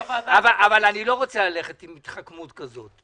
אני לא רוצה ללכת עם התחכמות כזאת.